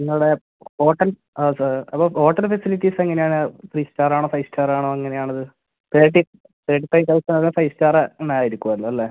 നിങ്ങളുടെ ഹോട്ടൽ ആ സാർ അതോ ഹോട്ടൽ ഫെസിലിറ്റീസ് എങ്ങനെയാണ് ത്രീ സ്റ്റാർ ആണോ ഫൈവ് സ്റ്റാർ ആണോ എങ്ങനെയാണ് തെർട്ടി തെർട്ടി ഫൈവ് തൗസൻഡ് അത് ഫൈവ് സ്റ്റാറ് തന്നെ ആയിരിക്കുമല്ലോ അല്ലേ